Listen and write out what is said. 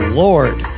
lord